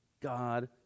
God